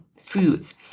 foods